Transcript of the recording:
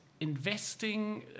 investing